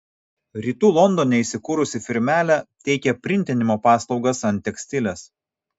rytų londone įsikūrusi firmelė teikia printinimo paslaugas ant tekstiles